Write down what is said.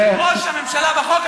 אם ראש הממשלה בחוק,